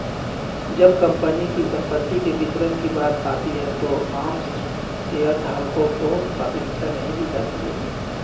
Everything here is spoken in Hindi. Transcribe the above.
जब कंपनी की संपत्ति के वितरण की बात आती है तो आम शेयरधारकों को प्राथमिकता नहीं दी जाती है